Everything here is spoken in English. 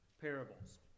parables